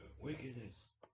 Wickedness